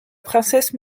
princesse